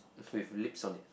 with lips on it